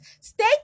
stay